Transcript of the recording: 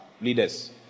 leaders